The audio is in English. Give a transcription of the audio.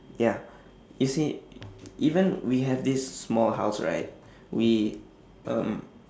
ya you see even we have this small house right we um